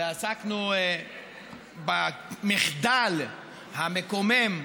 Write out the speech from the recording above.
ועסקנו במחדל המקומם,